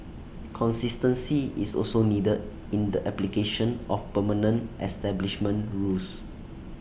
consistency is also needed in the application of permanent establishment rules